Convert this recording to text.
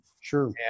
Sure